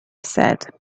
said